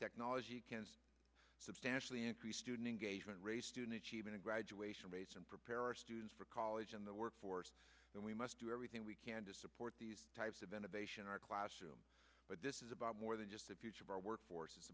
technology can substantially increase student engagement re student achievement graduation rates and prepare our students for college in the workforce then we must do everything we can to support these types of innovation our classroom but this is about more than just the future of our workforce i